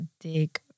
dig